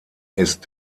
ist